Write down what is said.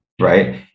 Right